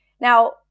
Now